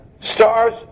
stars